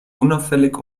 unauffällig